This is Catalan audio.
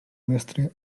mestre